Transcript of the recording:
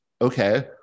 Okay